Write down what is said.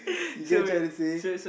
you get try to say